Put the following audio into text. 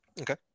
Okay